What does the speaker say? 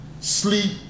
sleep